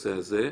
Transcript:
בנושא הזה.